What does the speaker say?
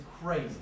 crazy